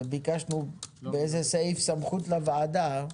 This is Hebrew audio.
וביקשנו באיזה סעיף סמכות לוועדה.